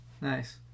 Nice